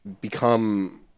become